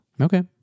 Okay